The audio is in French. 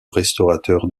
restaurateur